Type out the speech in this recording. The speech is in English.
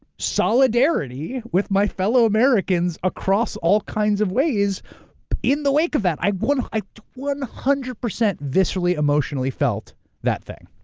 solidarity with my fellow americans across all kinds of ways in the wake of that. i one i one hundred percent viscerally emotionally felt that thing.